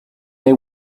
they